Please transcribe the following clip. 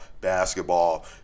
basketball